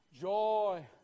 Joy